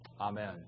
Amen